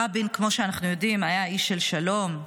רבין, כמו שאנחנו יודעים, היה איש של שלום,